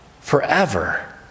forever